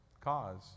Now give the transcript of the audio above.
cause